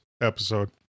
episode